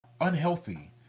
unhealthy